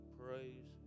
praise